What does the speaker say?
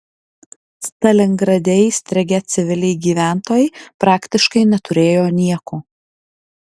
stalingrade įstrigę civiliai gyventojai praktiškai neturėjo nieko